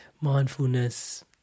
mindfulness